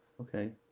Okay